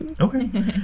okay